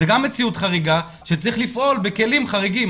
זאת גם מציאות חריגה שצריך לפעול בכלים חריגים.